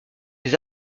des